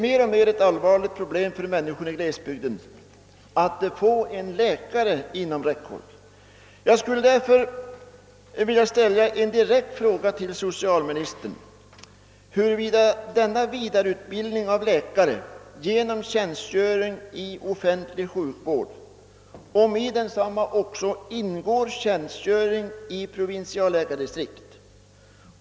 Svårigheterna för människorna i glesbygderna att kunna få en läkare inom räckhåll blir allt allvarligare. Jag vill därför ställa den direkta frågan till socialministern huruvida i den aviserade vidareutbildningen av läkare genom tjänstgöring i offentlig sjukvård också ingår tjänstgöring i provinsialläkardistrikt.